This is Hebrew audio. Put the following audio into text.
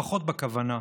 לפחות בכוונה,